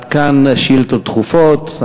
עד כאן שאילתות דחופות.